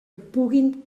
puguin